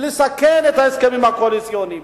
לסכן את ההסכמים הקואליציוניים.